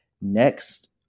Next